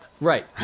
Right